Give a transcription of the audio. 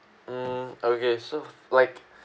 mm okay so like